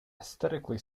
aesthetically